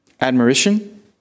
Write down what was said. Admiration